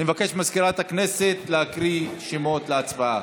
אני מבקש ממזכירת הכנסת להקריא את השמות להצבעה.